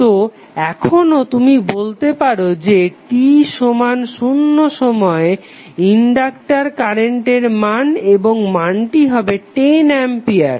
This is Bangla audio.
তো এখানেও তুমি বলতে পারো যে t সমান শুন্য সময়ে ইনডক্টার কারেন্টের মান এবং মানটি হবে 10 অ্যাম্পিয়ার